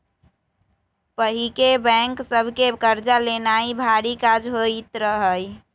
पहिके बैंक सभ से कर्जा लेनाइ भारी काज होइत रहइ